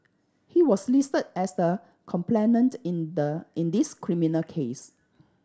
he was listed as the complainant in the in this criminal case